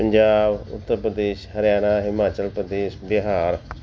Punjab Uttar Pradesh Haryana Himachal Pradesh Bihar